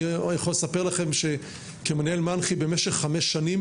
אני יכול לספר לכם שכמנהל מנח"י במשך חמש שנים